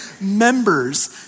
members